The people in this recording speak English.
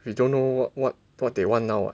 we don't know what what what they want now [what]